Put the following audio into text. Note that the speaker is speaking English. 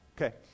okay